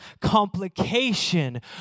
complication